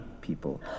people